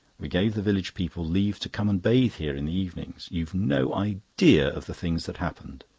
we gave the village people leave to come and bathe here in the evenings. you've no idea of the things that happened.